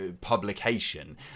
publication